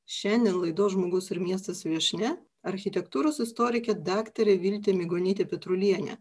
šiandien laidos žmogus ir miestas viešnia architektūros istorikė daktarė viltė migonytė petrulienė